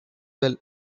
well